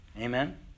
Amen